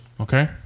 okay